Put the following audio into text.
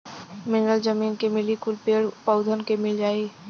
mineral जमीन के मिली कुल पेड़ पउधन के मिल जाई